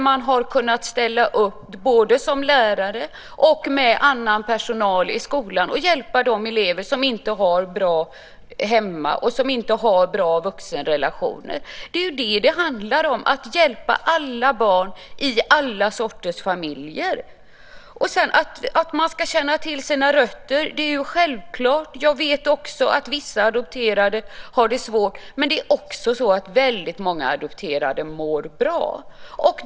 Man har kunnat ställa upp både som lärare och med annan personal i skolan för att hjälpa de elever som inte har det bra hemma och som inte har bra vuxenrelationer. Det handlar om att hjälpa alla barn i alla sorters familjer. Det är självklart att man ska känna till sina rötter. Jag vet också att vissa adopterade har det svårt, men väldigt många adopterade mår bra.